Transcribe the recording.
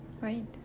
Right